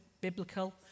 biblical